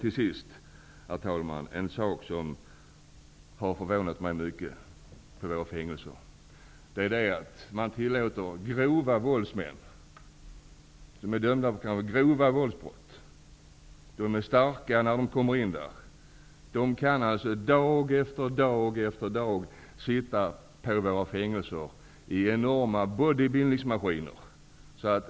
Till sist, herr talman, en sak när det gäller våra fängelser som förvånat mig mycket. Man tillåter grova våldsmän, som är dömda för grova våldsbrott och som är starka redan när de kommer in, dag efter dag sitta i enorma bodybuildingsmaskiner.